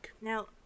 Now